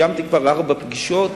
קיימתי כבר ארבע פגישות,